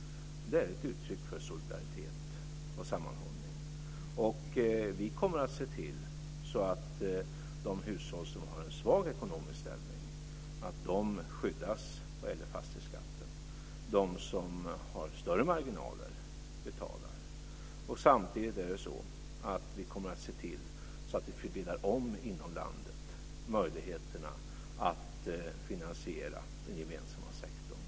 Det är ett uttryck för solidaritet och sammanhållning. Vi kommer att se till att de hushåll som har en svag ekonomisk ställning skyddas vad gäller fastighetsskatten. De som har större marginaler betalar. Samtidigt kommer vi att se till att inom landet fördela om möjligheterna att finansiera den gemensamma sektorn.